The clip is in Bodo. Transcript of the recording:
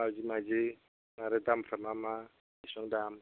माबादि माबादि आरो दामफ्रा मा मा बेसेबां दाम